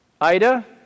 Ida